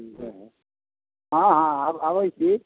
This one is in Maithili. हँ हँ हम आबै छी